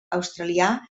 australià